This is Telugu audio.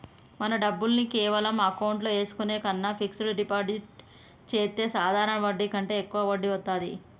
మన డబ్బుల్ని కేవలం అకౌంట్లో ఏసుకునే కన్నా ఫిక్సడ్ డిపాజిట్ చెత్తే సాధారణ వడ్డీ కంటే యెక్కువ వడ్డీ వత్తాది